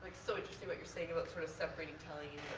so interesting what you're saying about, sort of, separating tallying